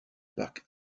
parc